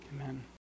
amen